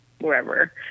wherever